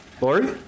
Lori